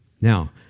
Now